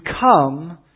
come